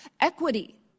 equity